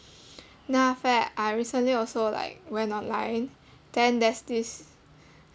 then after that I recently also like went online then there's this